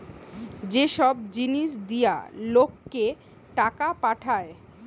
যে সব জিনিস দিয়া লোককে টাকা পাঠায়